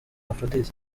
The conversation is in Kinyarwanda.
aphrodis